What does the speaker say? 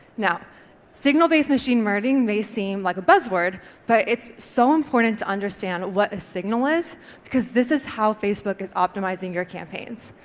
now signal based machine learning may seem like a buzzword but it's so important to understand what a signal is because this is how facebook is optimising your campaigns.